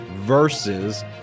versus